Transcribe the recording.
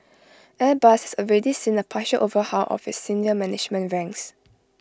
airbus has already seen A partial overhaul of its senior management ranks